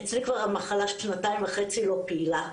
אצלי המחלה כבר שנתיים וחצי לא פעילה,